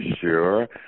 sure